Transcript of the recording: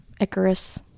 Icarus